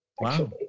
Wow